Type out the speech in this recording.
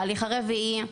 ההליך הרביעי.